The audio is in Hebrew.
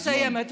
אני מסיימת.